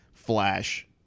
flash